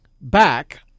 back